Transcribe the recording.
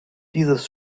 dieses